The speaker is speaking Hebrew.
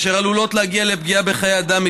אשר עלולות להגיע לפגיעה בחיי אדם,